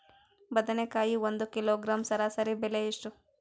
ಬದನೆಕಾಯಿ ಒಂದು ಕಿಲೋಗ್ರಾಂ ಸರಾಸರಿ ಬೆಲೆ ಎಷ್ಟು?